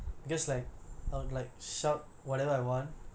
you don't even know your basics